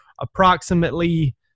approximately